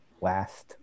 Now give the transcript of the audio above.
last